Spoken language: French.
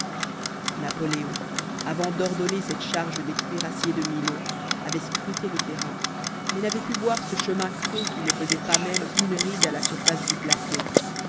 napoléon avant d'ordonner cette charge des cuirassiers de milhaud avait scruté le terrain mais n'avait pu voir ce chemin creux qui ne faisait pas même une ride à la surface du plateau